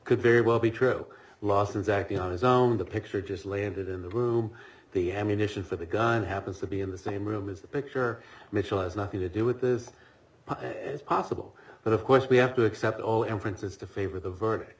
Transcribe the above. could very well be true lawson's acting on his own the picture just landed in the room the ammunition for the gun happens to be in the same room as the picture mitchell has nothing to do with this is possible but of course we have to accept all inferences to favor the verdict